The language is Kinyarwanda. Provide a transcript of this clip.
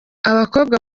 abakobwa